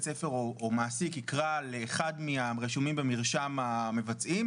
ספר או מעסיק יקרא לאחד מהרשומים במרשם המבצעים,